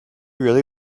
really